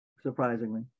surprisingly